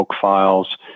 files